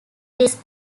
days